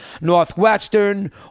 northwestern